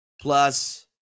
plus